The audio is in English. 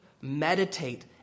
meditate